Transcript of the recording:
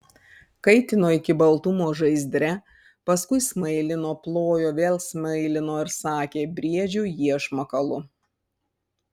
kaitino iki baltumo žaizdre paskui smailino plojo vėl smailino ir sakė briedžiui iešmą kalu